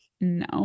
No